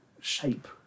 shape